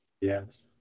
yes